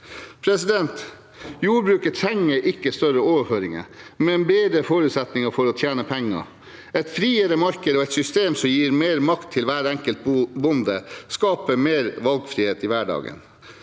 monopolisten. Jordbruket trenger ikke større overføringer, men bedre forutsetninger for å tjene penger. Et friere marked og et system som gir mer makt til hver enkelt bonde, skaper mer valgfrihet i hverdagen.